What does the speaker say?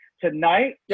tonight